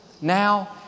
Now